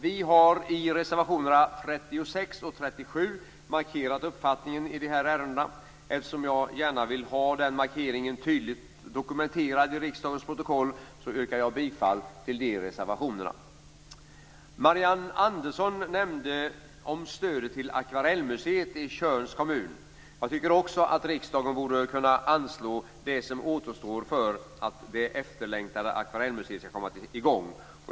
Vi har i reservationerna 36 och 37 markerat uppfattningen i de här ärendena. Eftersom jag gärna vill ha den markeringen tydligt dokumenterad i riksdagens protokoll, yrkar jag bifall till de reservationerna. Marianne Andersson nämnde stödet till Akvarellmuseet i Tjörns kommun. Också jag tycker att riksdagen borde kunna anslå de återstående medel som behövs för att det efterlängtade akvarellmuseet skall komma i gång.